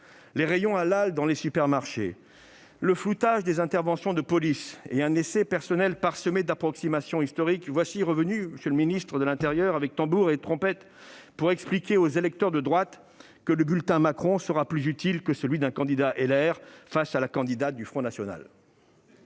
les rayons halal dans les supermarchés, sur le floutage des interventions de police et à la suite d'un essai personnel parsemé d'approximations historiques, voici le ministre de l'intérieur qui revient, avec tambour et trompette, pour expliquer aux électeurs de droite que le bulletin Macron sera plus utile que celui d'un candidat Les Républicains face à la candidate du Rassemblement national.